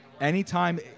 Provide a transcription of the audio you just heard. Anytime